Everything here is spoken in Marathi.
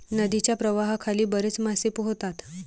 नदीच्या प्रवाहाखाली बरेच मासे पोहतात